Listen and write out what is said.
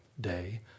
day